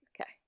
Okay